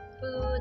food